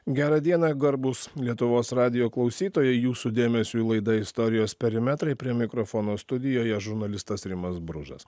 gerą dieną garbūs lietuvos radijo klausytoja jūsų dėmesiui laida istorijos perimetrai prie mikrofono studijoje žurnalistas rimas bružas